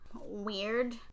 weird